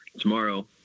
tomorrow